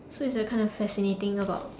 so it's a kind of fascinating about